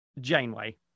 janeway